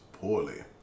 poorly